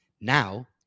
Now